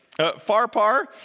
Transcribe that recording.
Farpar